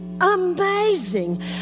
amazing